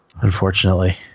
unfortunately